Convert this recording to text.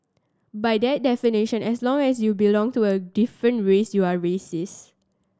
by that definition as long as you belong to a different race you are racist